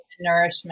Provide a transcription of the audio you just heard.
nourishment